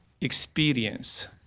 experience